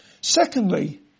Secondly